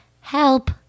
Help